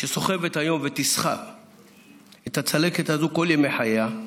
שסוחבת היום ותסחוב את הצלקת הזאת כל ימי חייה,